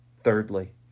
Thirdly